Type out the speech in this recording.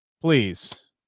please